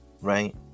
right